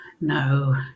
No